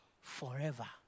forever